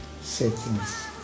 settings